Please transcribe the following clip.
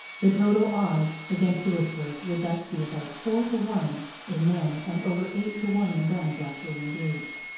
the total odds against louisbourg would thus be about four to one in men and over eight to one in guns actually engaged.